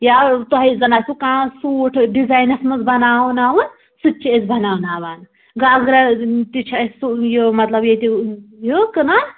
یا تۄہہِ زَنہٕ آسِوٕ کانٛہہ سوٗٹ ڈِزایِنَس منٛز بناوناوُن سُہ تہِ چھِ أسۍ بناوناوان گاگرا تہِ چھِ اَسہِ سو یہِ مطلب ییٚتہِ یہِ کٕنان